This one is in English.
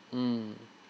mm